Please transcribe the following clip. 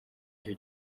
cyo